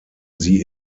sie